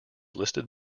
listed